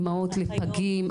אמהות לפגים,